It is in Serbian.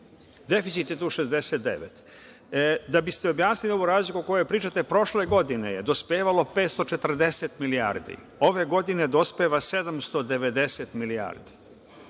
Deficit je tu 69. Da biste objasnili ovu razliku o kojoj pričate, prošle godine je dospevalo 540 milijardi, ove godine dospeva 790 milijardi.